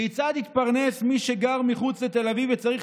כיצד יתפרנס מי שגר מחוץ לתל אביב וצריך